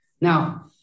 Now